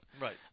Right